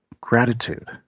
gratitude